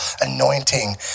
anointing